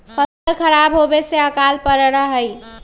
फसल खराब होवे से अकाल पडड़ा हई